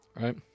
right